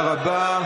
תודה רבה.